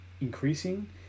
increasing